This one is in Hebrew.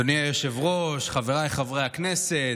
אדוני היושב-ראש, חבריי חברי הכנסת,